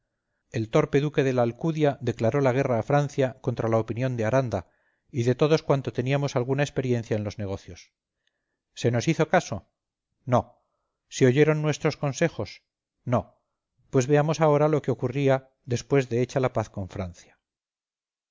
el torpe duque de la alcudia declaró la guerra a francia contra la opinión de aranda y de todos cuantos teníamos alguna experiencia en los negocios se nos hizo caso no se oyeron nuestros consejos no pues veamos ahora lo que ocurría después de hecha la paz con francia